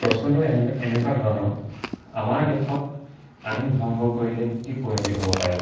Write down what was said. প্ৰশ্নটো এনেধৰণে এনেকুৱা ধৰণৰ আমাৰ দেশত আইন ভংগ কৰিলে কি পৰিণতি হ'ব পাৰে